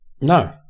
no